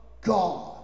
God